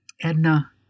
Edna